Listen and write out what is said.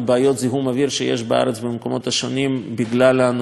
שיש בארץ במקומות השונים בגלל הנושא התחבורתי,